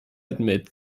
admit